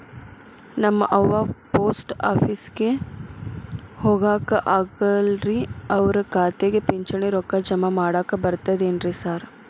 ನಮ್ ಅವ್ವ ಪೋಸ್ಟ್ ಆಫೇಸಿಗೆ ಹೋಗಾಕ ಆಗಲ್ರಿ ಅವ್ರ್ ಖಾತೆಗೆ ಪಿಂಚಣಿ ರೊಕ್ಕ ಜಮಾ ಮಾಡಾಕ ಬರ್ತಾದೇನ್ರಿ ಸಾರ್?